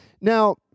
Now